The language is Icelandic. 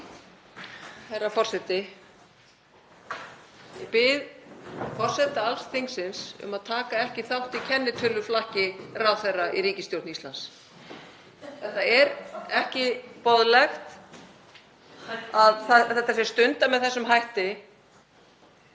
Það er ekki boðlegt að þetta sé stundað með þessum hætti,